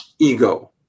ego